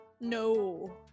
No